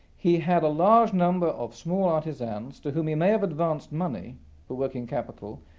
he had a large number of small artisans to whom he may have advanced money for working capital,